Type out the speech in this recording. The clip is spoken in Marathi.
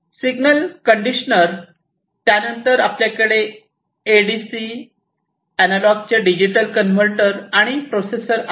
सिग्नल कंडिशनर त्यानंतर आपल्याकडे एडीसी अॅनालॉगचे डिजिटल कन्व्हर्टर आणि प्रोसेसर आहे